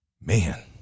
Man